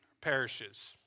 perishes